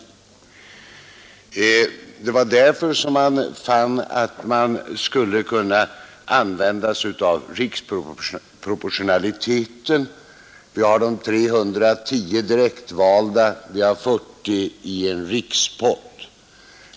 Det var därför som man fann att man skulle kunna använda sig av riksproportionaliteten. Vi har de 310 direktvalda, vi har 40 i en rikspott.